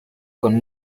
con